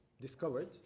discovered